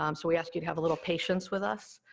um so we ask you to have a little patience with us.